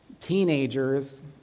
teenagers